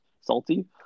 salty